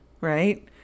right